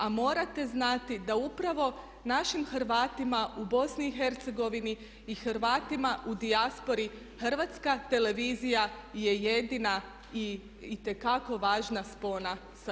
A morate znati da upravo našim Hrvatima u BiH i Hrvatima u dijaspori Hrvatska televizija je jedina i itekako važna spona sa